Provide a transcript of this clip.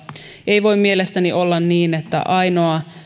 ei voi mielestäni olla niin että ainoa